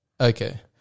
okay